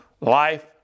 life